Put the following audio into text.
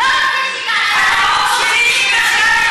לא רוצים שהיא תענה.